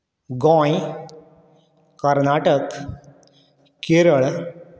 Goa Karnataka Kerala